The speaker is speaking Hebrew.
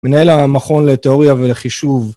מנהל המכון לתאוריה ולחישוב.